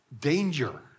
danger